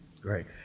Great